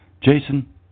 jason